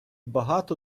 багато